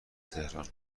تهران